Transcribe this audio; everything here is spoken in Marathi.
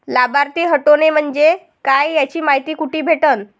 लाभार्थी हटोने म्हंजे काय याची मायती कुठी भेटन?